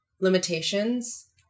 limitations